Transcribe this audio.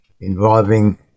involving